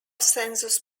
census